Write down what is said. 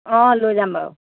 অঁ লৈ যাম বাৰু